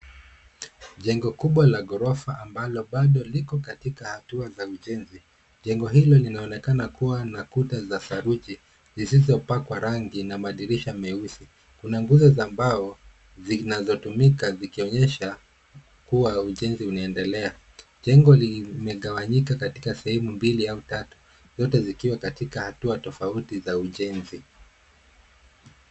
Jengo kubwa la ghorofa ambalo bado liko katika hatua ujenzi. Jengo hilo linaonekana kuwa na kuta za saruji sizizopakwa rangi na madirisha meusi. Kuna nguzo za mbao zinazotumika zikionyesha kuwa ujenzi unaendelea. Jengo limegawanyika katika sehemu mbili au tatu zote zikiwa katika hatua tofauti za ujenzi.